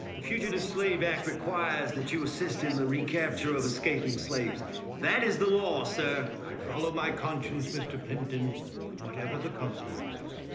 the fugitive slave act requires that you assist in the recapture of escaping slaves that is the law, sir. i follow my conscience, mr. plimpton whatever the consequences.